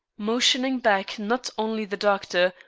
motioning back not only the doctor,